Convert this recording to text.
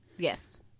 Yes